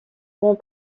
grand